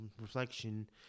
Reflection